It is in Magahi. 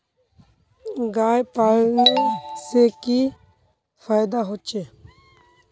गाय पालने से की की फायदा होचे?